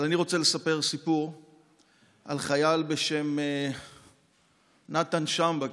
אבל אני רוצה לספר סיפור על חייל בשם יעקב שמבה,